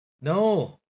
No